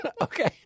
Okay